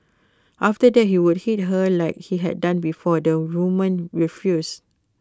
after that he would hit her like he had done before the woman refused